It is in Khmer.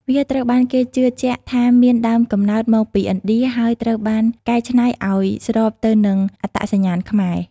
វាត្រូវបានគេជឿជាក់ថាមានដើមកំណើតមកពីឥណ្ឌា ហើយត្រូវបានកែច្នៃឱ្យស្របទៅនឹងអត្តសញ្ញាណខ្មែរ។